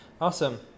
Awesome